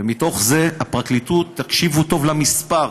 ומתוך זה הפרקליטות, תקשיבו טוב למספר,